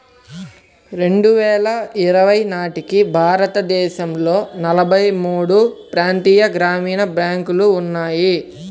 రెండు వేల ఇరవై నాటికి భారతదేశంలో నలభై మూడు ప్రాంతీయ గ్రామీణ బ్యాంకులు ఉన్నాయి